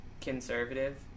conservative